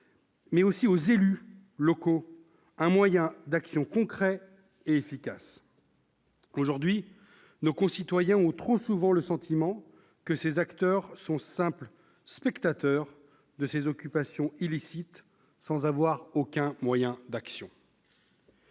mais aussi aux élus locaux un moyen d'action concret et efficace. Aujourd'hui, nos concitoyens ont trop souvent le sentiment que ces acteurs sont de simples spectateurs de ces occupations illicites, dépourvus de tout moyen d'action